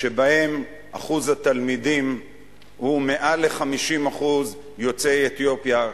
שבהם אחוז התלמידים הוא מעל ל-50% יוצאי אתיופיה,